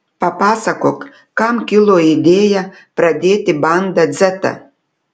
papasakok kam kilo idėja pradėti banda dzetą